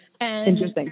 Interesting